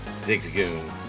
Zigzagoon